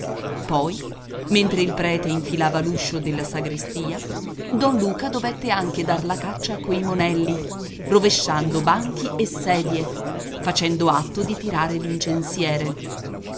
poi mentre il prete infilava l'uscio della sagrestia don luca dovette anche dar la caccia a quei monelli rovesciando banchi e sedie facendo atto di tirare